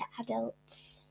adults